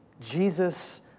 Jesus